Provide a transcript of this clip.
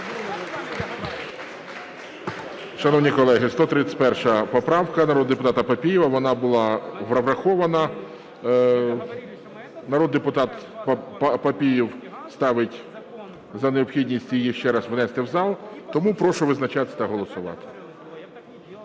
Шановні колеги, 131 поправка народного депутата Папієва. Вона була врахована. Народний депутат Папієв ставить за необхідність її ще раз внести в зал, тому прошу визначатись та голосувати.